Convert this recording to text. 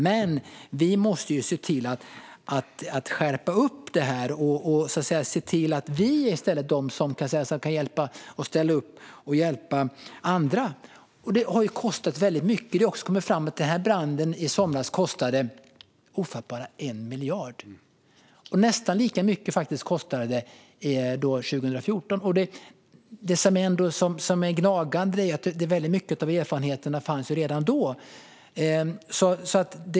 Men vi måste se till att skärpa upp detta och se till att vi i stället är de som kan ställa upp och hjälpa andra. Det har ju kostat väldigt mycket; det har kommit fram att branden i somras kostade ofattbara 1 miljard. Nästan lika mycket kostade det 2014. Det som gnager är att en väldigt stor del av erfarenheterna fanns redan då.